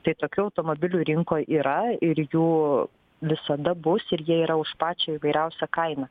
tai tokių automobilių rinkoj yra ir jų visada bus ir jie yra už pačią įvairiausią kainą